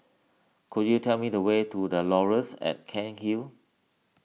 could you tell me the way to the Laurels at Cairnhill